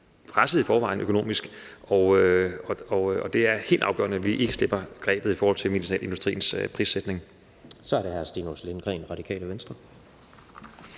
presset økonomisk, og det er helt afgørende, at vi ikke slipper grebet i forhold til medicinalindustriens prissætning.